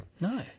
No